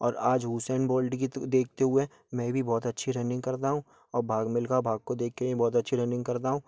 और आज Usain Bolt की तो देखते हुए मैं भी बहुत अच्छी रनिंग करता हूँ और भाग मिलखा भाग को देखकर भी बहुत अच्छी रनिंग करता हूँ